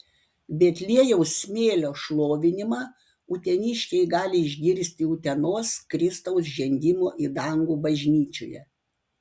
betliejaus smėlio šlovinimą uteniškiai gali išgirsti utenos kristaus žengimo į dangų bažnyčioje